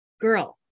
girl